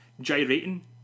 gyrating